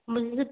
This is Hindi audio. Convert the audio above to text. मिल